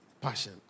passion